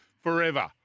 forever